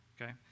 okay